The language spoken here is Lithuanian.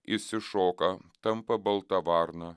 išsišoka tampa balta varna